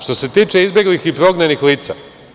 Što se tiče izbeglih i prognanih lica.